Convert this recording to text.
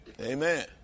Amen